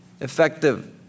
effective